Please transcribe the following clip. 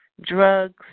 drugs